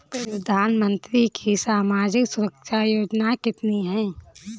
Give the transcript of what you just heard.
प्रधानमंत्री की सामाजिक सुरक्षा योजनाएँ कितनी हैं?